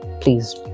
please